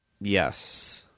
yes